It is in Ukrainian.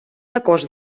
також